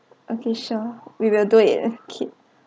okay sure we will do it